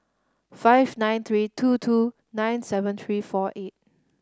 five nine three two two nine seven three four eight